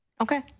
Okay